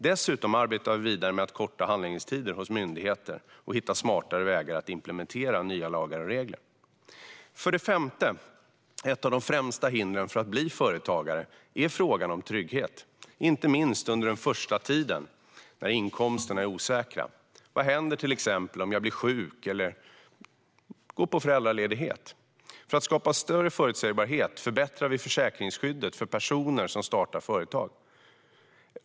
Dessutom arbetar vi vidare med att korta handläggningstider hos myndigheter och hitta smartare vägar att implementera nya lagar och regler. För det femte är ett av de främsta hindren för att bli företagare frågan om trygghet, inte minst under den första tiden, när inkomsterna är osäkra. Vad händer till exempel om man blir sjuk eller går på föräldraledighet? För att skapa större förutsägbarhet förbättrar vi försäkringsskyddet för personer som startar företag.